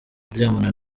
kuryamana